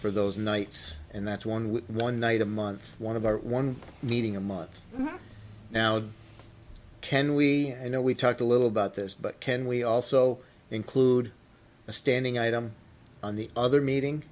for those nights and that's one one night a month one of our one meeting a month now can we you know we talked a little about this but can we also include a standing item on the other meeting